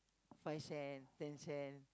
five cent ten cent